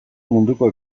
munduko